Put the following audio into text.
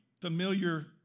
familiar